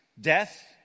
death